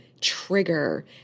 trigger